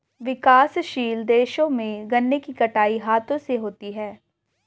विकासशील देशों में गन्ने की कटाई हाथों से होती है